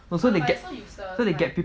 so they get so they get